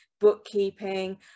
bookkeeping